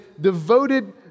devoted